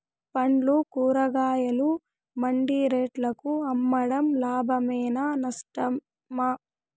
పండ్లు కూరగాయలు మండి రేట్లకు అమ్మడం లాభమేనా నష్టమా?